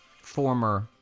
former